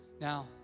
Now